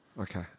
Okay